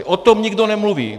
O tom nikdo nemluví.